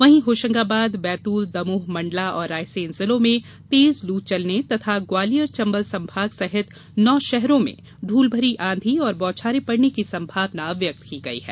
वहीं होशंगाबाद बैतूल दमोह मण्डला और रायसेन जिलों में तेज लू चलने तथा ग्वालियर चंबल संभाग सहित नौ शहरों मे धूलभरी आंधी और बौछारें पड़ने की संभावना व्यक्त की है